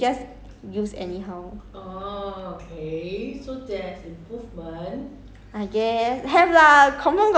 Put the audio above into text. then I'm like what do you mean I always got aim [what] then he is like you no sometimes you just use anyhow